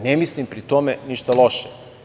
Ne mislim, pri tome, ništa loše.